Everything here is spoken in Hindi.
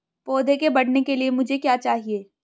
पौधे के बढ़ने के लिए मुझे क्या चाहिए?